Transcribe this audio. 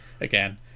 again